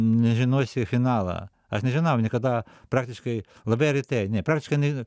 nežinosi finalą aš nežinau niekada praktiškai labai retai ne praktiška nežinau